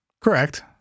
correct